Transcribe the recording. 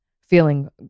feeling